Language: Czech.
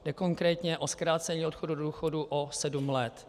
Jde konkrétně o zkrácení odchodu do důchodu o sedm let.